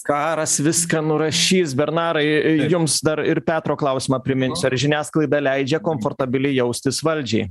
karas viską nurašys bernarai jums dar ir petro klausimą priminsiu ar žiniasklaida leidžia komfortabiliai jaustis valdžiai